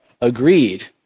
agreed